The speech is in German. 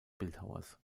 bildhauers